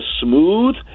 smooth